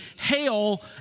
hail